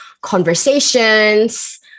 Conversations